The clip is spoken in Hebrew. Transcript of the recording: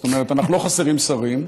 זאת אומרת, אנחנו לא חסרים שרים,